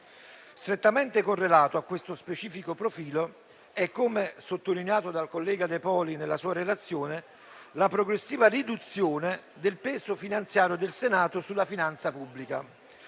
Strettamente correlata a questo specifico profilo, come sottolineato dal collega De Poli nella sua relazione, è la progressiva riduzione del peso finanziario del Senato sulla finanza pubblica,